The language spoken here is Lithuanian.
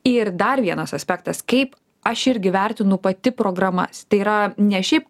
ir dar vienas aspektas kaip aš irgi vertinu pati programas tai yra ne šiaip